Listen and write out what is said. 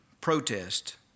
protest